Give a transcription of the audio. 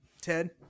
Ted